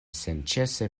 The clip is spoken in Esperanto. senĉese